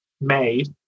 made